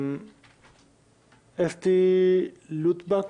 אסתי לוטבק,